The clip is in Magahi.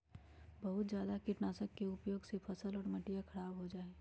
बहुत जादा कीटनाशक के उपयोग से फसल और मटिया खराब हो जाहई